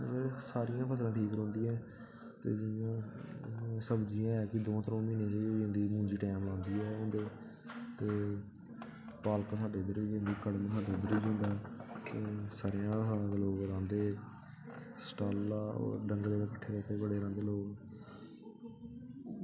ते साढ़ियां फसलां ठीक रौंह्दियां जि'यां ते ओह् सब्ज़ियां दौ त्रै म्हीनें च गै होंदा मुंजी टैम मुंजी गै होंदा ते सरेआं साग र्हांदे ते शटाला डंगरें गी पट्ठे बड़े पांदे लोग